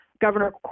Governor